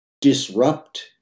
disrupt